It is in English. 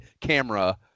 camera